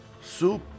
Soup